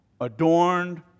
adorned